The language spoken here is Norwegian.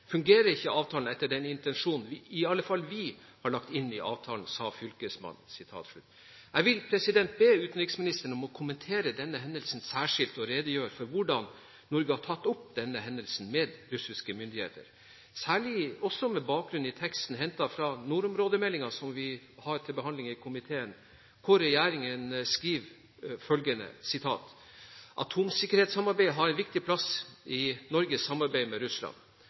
fungerer ikke avtalen etter den intensjonen vi alle fall har lagt inn i avtalen, Jeg vil be utenriksministeren om å kommentere denne hendelsen særskilt og redegjøre for hvordan Norge har tatt opp hendelsen med russiske myndigheter, særlig med bakgrunn i teksten hentet fra nordområdemeldingen, som vi har til behandling i komiteen, hvor regjeringen skriver følgende: «Atomsikkerhetssamarbeidet har en viktig plass i Norges samarbeid med Russland.